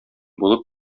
булып